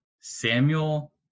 Samuel